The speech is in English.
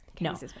No